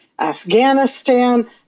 Afghanistan